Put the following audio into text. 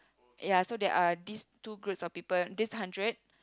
ya so there are these two groups of people these hundred